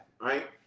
right